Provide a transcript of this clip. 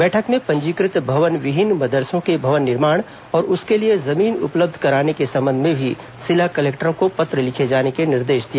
बैठक में पंजीकृत भवन विहीन मदरसों के भवन निर्माण और उसके लिए जमीन उपलब्ध कराने के संबंध में भी जिला कलेक्टरों को पत्र लिखे जाने के निर्देश दिए